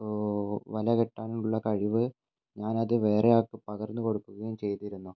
വല കെട്ടാനുള്ള ആ കഴിവ് ഞാൻ അത് വേറെ ആൾക്ക് പകർന്ന് കൊടുക്കുകയും ചെയ്തിരുന്നു